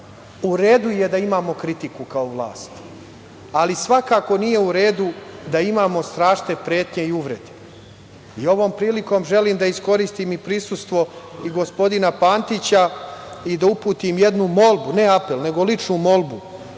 u redu je da imamo kritiku kao vlast, ali svakako nije u redu da imamo strašne pretnje i uvrede. Ovom prilikom želim da iskoristim i prisustvo i gospodina Pantića i da uputim jednu molbu, ne apel, nego ličnu molbu